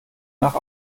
nach